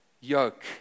yoke